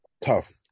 Tough